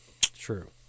true